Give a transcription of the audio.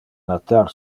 natar